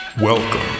Welcome